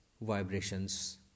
vibrations